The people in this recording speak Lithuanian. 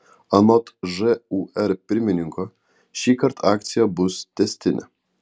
anot žūr pirmininko šįkart akcija bus tęstinė